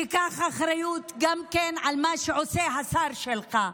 תיקח אחריות גם על מה שעושה השר שלך,